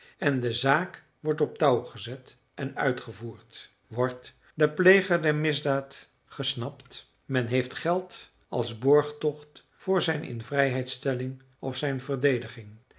en de zaak wordt op touw gezet en uitgevoerd wordt de pleger der misdaad gesnapt men heeft geld als borgtocht voor zijn invrijheidstelling of zijn verdediging